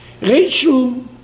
Rachel